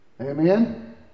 Amen